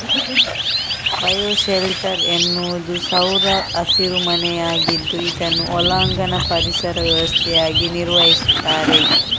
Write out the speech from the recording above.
bio shelter ಎನ್ನುವುದು ಸೌರ ಹಸಿರು ಮನೆಯಾಗಿದ್ದು ಇದನ್ನು ಒಳಾಂಗಣ ಪರಿಸರ ವ್ಯವಸ್ಥೆಯಾಗಿ ನಿರ್ವಹಿಸ್ತಾರೆ